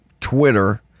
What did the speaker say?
Twitter